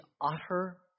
utter